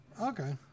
Okay